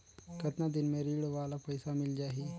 कतना दिन मे ऋण वाला पइसा मिल जाहि?